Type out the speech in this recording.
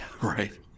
Right